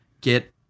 get